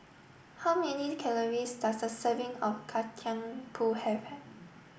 how many calories does a serving of Kacang Pool have